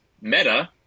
meta